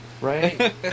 Right